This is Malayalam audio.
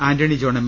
Antony John M